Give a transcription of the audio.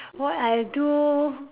what I do